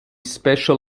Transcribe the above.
special